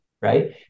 right